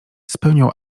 spełniał